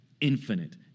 infinite